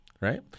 Right